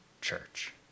church